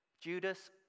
Judas